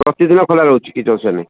ପ୍ରତିଦିନ ଖୋଲା ରହୁଛି କିଛି ଅସୁବିଧା ନାହିଁ